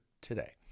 today